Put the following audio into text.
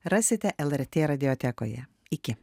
rasite lrt radiotekoje iki